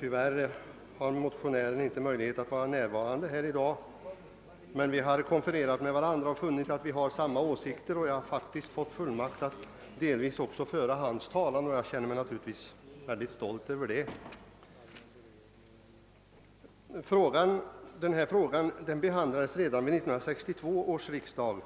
Tyvärr har motionären inte möjlighet att vara närvarande här i dag, men vi har konfererat med varandra och funnit att vi har samma åsikter. Jag har faktiskt fått fullmakt att delvis föra även hans talan — det är jag naturligtvis mycket stolt över. Denna fråga behandlades av allmänna beredningsutskottet redan vid 1962 års riksdag,